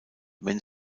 wenn